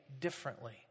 differently